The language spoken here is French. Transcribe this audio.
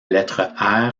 lettre